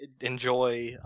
enjoy